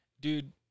Dude